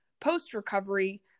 post-recovery